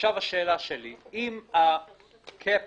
אם ההיקף